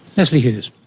lesley hughes.